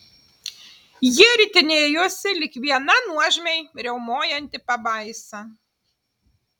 jie ritinėjosi lyg viena nuožmiai riaumojanti pabaisa